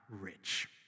rich